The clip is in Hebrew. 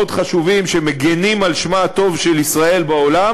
חשובים שמגינים על שמה הטוב של ישראל בעולם,